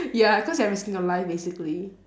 ya cause you're risking your life basically